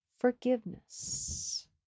forgiveness